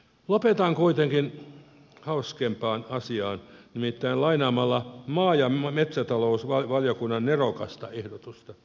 lopetan kuitenkin hauskempaan asiaan nimittäin lainaamalla maa ja metsätalousvaliokunnan nerokasta ehdotusta